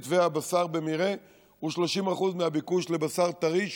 והבשר במרעה הוא 30% מהביקוש לבשר טרי,